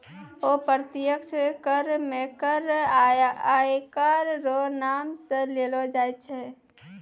अप्रत्यक्ष कर मे कर आयकर रो नाम सं लेलो जाय छै